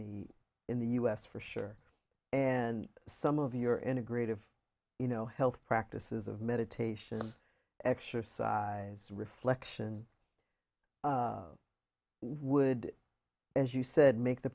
the in the u s for sure and some of your integrative you know health practices of meditation exercise reflection would as you said make the